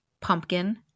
pumpkin